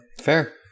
Fair